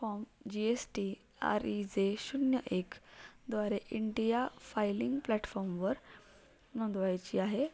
form G S T R E J शून्य एक द्वारे इंडिया फायलिंग प्लॅटफॉर्मवर नोंदवायची आहे